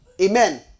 Amen